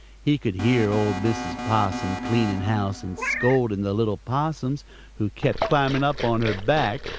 he could hear old mrs. possum cleaning house and scolding the little possums who kept climbing up on her back.